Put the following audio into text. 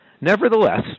Nevertheless